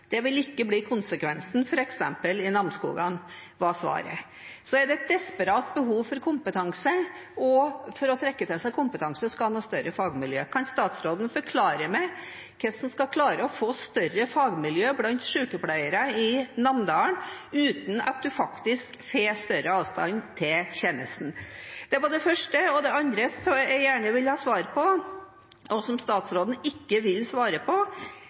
Det vil ikke bli konsekvensen f.eks. i Namsskogan, var svaret. Så er det «et desperat behov» for kompetanse, og for å trekke til seg kompetanse skal en ha større fagmiljøer. Kan statsråden forklare meg hvordan man skal klare å få større fagmiljøer blant sykepleiere i Namdalen uten at man faktisk får større avstand til tjenestene? Det er det første. Det andre som jeg gjerne vil ha svar på, og som statsråden ikke vil svare på,